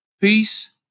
Peace